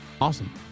Awesome